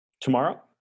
Tomorrow